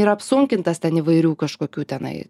yra apsunkintas ten įvairių kažkokių tenai